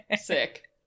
Sick